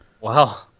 Wow